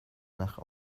nach